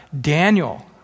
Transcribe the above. Daniel